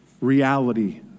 reality